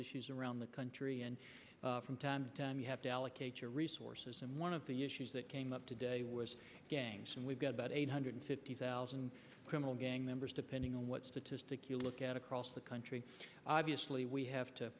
issues around the country and from time to time you have to allocate your resources and one of the issues that came up today was gangs and we've got about eight hundred fifty thousand criminal gang members depending on what statistic you look at across the country obviously we have to